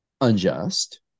unjust